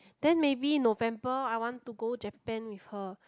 then maybe November I want to go Japan with her